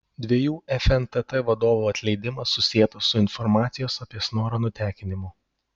dviejų fntt vadovų atleidimas susietas su informacijos apie snorą nutekinimu